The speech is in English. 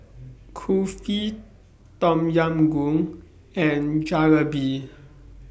Kulfi Tom Yam Goong and Jalebi